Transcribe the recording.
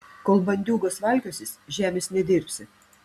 kol bandiūgos valkiosis žemės nedirbsi